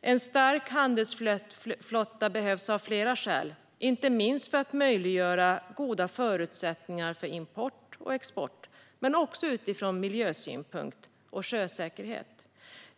En stark handelsflotta behövs av flera skäl, inte minst för att möjliggöra goda förutsättningar för import och export men också utifrån miljösynpunkt och sjösäkerhet.